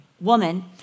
woman